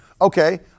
Okay